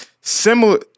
similar